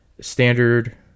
standard